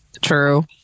true